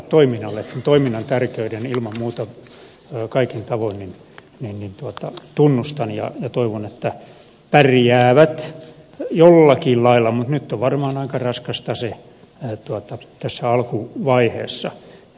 sen toiminnan tärkeyden ilman muuta kaikin tavoin tunnustan ja toivon että pärjäävät jollakin lailla mutta nyt se on varmaan aika raskasta tässä alkuvaiheessa